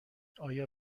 آیا